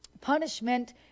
punishment